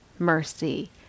mercy